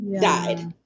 died